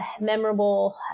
memorable